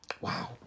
Wow